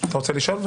אתה רוצה לשאול?